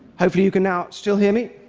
hopefully you can now still hear me?